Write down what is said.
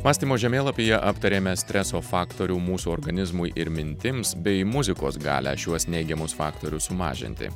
mąstymo žemėlapyje aptarėme streso faktorių mūsų organizmui ir mintims bei muzikos galią šiuos neigiamus faktorius sumažinti